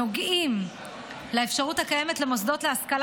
שנוגעים לאפשרות הקיימת למוסדות השכלה